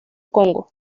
congo